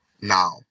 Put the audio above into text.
now